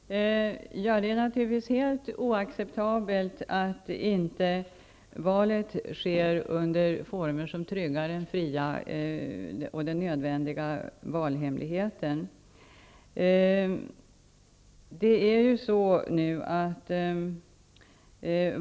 Herr talman! Det är naturligtvis helt oaccebtabelt att valet inte sker under former som tryggar den nödvändiga valhemligheten.